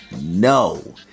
No